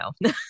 no